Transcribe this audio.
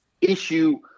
issue